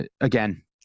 again